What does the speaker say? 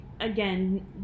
again